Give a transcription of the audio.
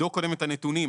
לבדוק קודם את הנתונים.